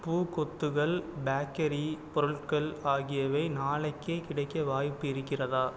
பூக்கொத்துகள் bakery பொருட்கள் ஆகியவை நாளைக்கே கிடைக்க வாய்ப்பு இருக்கிறதா